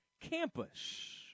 Campus